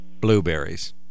Blueberries